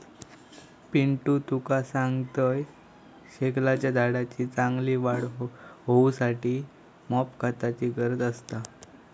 पिंटू तुका सांगतंय, शेगलाच्या झाडाची चांगली वाढ होऊसाठी मॉप खताची गरज असता